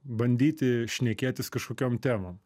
bandyti šnekėtis kažkokiom temom